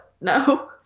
no